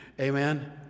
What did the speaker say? amen